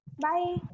bye